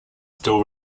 still